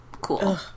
Cool